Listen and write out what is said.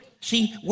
See